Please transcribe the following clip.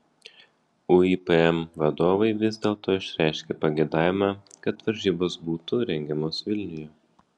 uipm vadovai vis dėlto išreiškė pageidavimą kad varžybos būtų rengiamos vilniuje